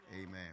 Amen